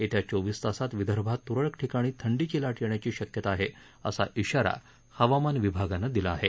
येत्या चोवीस तासांत विदर्भात त्रळक ठिकाणी थंडीची लाट येण्याची शक्यता आहे असा इशारा हवामान विभागानं दिला आहे